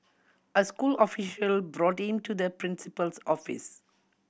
a school official brought to the principal's office